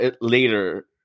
later